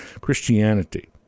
Christianity